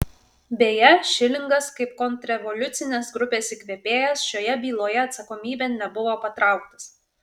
beje šilingas kaip kontrrevoliucinės grupės įkvėpėjas šioje byloje atsakomybėn nebuvo patrauktas